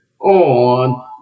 on